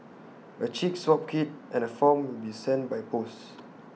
A cheek swab kit and A form will be sent by post